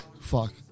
Fuck